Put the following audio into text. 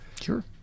Sure